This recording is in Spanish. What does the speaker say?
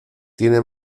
tiene